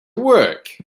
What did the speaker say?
work